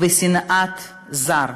ושנאת זר.